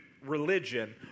Religion